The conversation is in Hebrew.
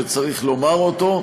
שצריך לומר אותו,